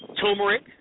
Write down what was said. turmeric